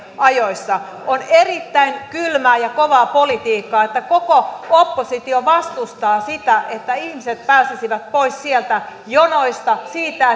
ajoissa on erittäin kylmää ja kovaa politiikkaa että koko oppositio vastustaa sitä että ihmiset pääsisivät pois sieltä jonoista ja siitä